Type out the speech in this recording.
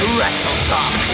WrestleTalk